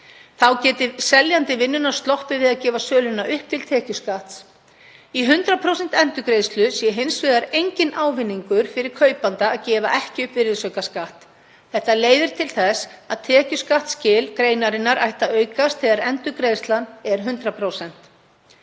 Þá geti seljandi vinnunnar sloppið við að gefa söluna upp til tekjuskatts. Í 100% endurgreiðslu sé hins vegar enginn ávinningur fyrir kaupanda að gefa ekki upp virðisaukaskatt. Þetta leiðir til þess að tekjuskattsskil greinarinnar ættu að aukast þegar endurgreiðslan er 100%.